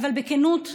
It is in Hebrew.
אבל בכנות,